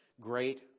great